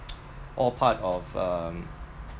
all part of um